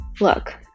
Look